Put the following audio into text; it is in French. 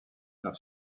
leur